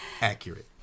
accurate